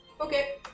Okay